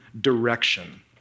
direction